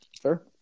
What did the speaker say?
sure